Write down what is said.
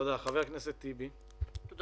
זה